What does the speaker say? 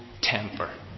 temper